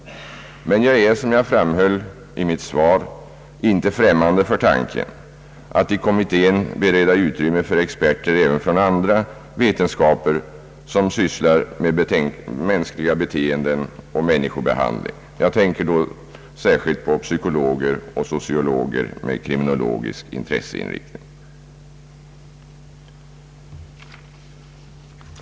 Men jag är, som jag framhöll i mitt svar, inte främmande för tanken att i kommittén bereda utrymme för experter även från andra vetenskaper, som sysslar med mänskliga beteenden och människobehandling. Jag tänker då särskilt på psykologer och sociologer med kriminologisk intresseinriktning.